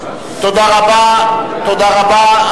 תודה רבה, תודה רבה.